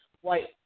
white